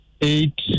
eight